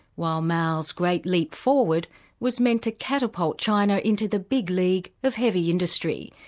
while mao's great leap forward was meant to catapult china into the big league of heavy industry.